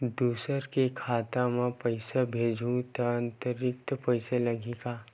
दूसरा के खाता म पईसा भेजहूँ अतिरिक्त पईसा लगही का?